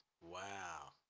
Wow